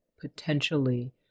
potentially